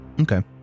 Okay